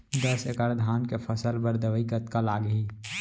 दस एकड़ धान के फसल बर दवई कतका लागही?